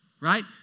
right